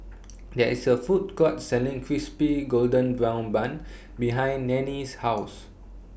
There IS A Food Court Selling Crispy Golden Brown Bun behind Nanie's House